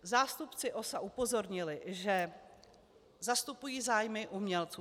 Zástupci OSA upozornili, že zastupují zájmy umělců.